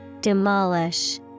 Demolish